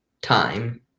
Time